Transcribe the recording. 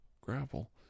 gravel